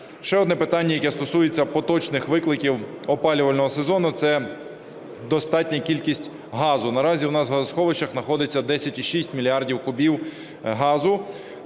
Ще одне питання, яке стосується поточних викликів опалювального сезону, – це достатня кількість газу. Наразі у нас в газосховищах знаходиться 10,6 мільярда кубів газу.